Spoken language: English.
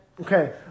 Okay